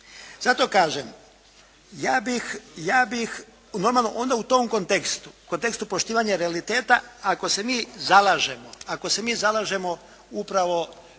Zato kažem ja bih normalno onda u tom kontekstu, kontekstu poštivanja realiteta ako se mi zalažemo, ako se mi zalažemo upravo